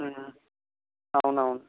అవునవును